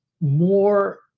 more